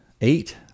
eight